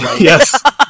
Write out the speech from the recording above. Yes